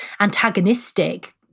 antagonistic